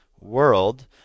world